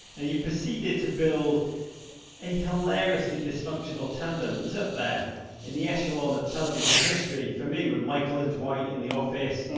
and you proceeded to build a hilariously dysfunctional tandem, it's up there in the echelon of television history, for me, with michael and dwight in the office. brain oh,